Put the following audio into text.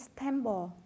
temple